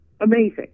amazing